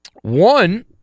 One